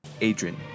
Adrian